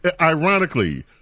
ironically